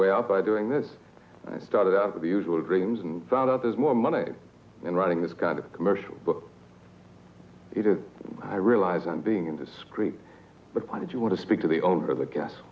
way out by doing this i started out with the usual dreams and found out there's more money in writing this kind of commercial but i realize i'm being indiscreet the kind you want to speak to the owner of the gas